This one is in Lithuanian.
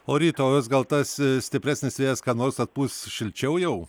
o rytojus gal tas stipresnis vėjas ką nors atpūs šilčiau jau